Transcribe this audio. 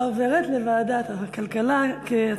להצעה לסדר-היום ולהעביר את הנושא לוועדת הכלכלה נתקבלה.